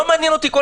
זה לא מעניין אותי.